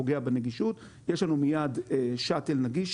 פוגע בנגישות יש לנו מיד שאטל נגיש,